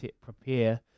prepare